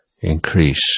increase